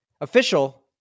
Official